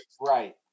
Right